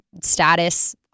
status